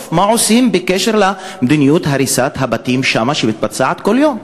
ומה עושים בקשר למדיניות הריסת הבתים שמתבצעת שם כל יום?